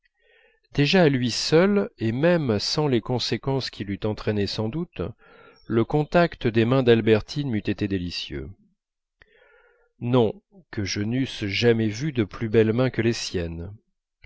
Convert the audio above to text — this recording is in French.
déjà à lui seul et même sans les conséquences qu'il eût entraînées sans doute le contact des mains d'albertine m'eût été délicieux non que je n'eusse jamais vu de plus belles mains que les siennes